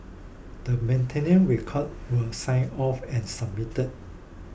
the maintenance records were signed off and submitted